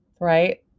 right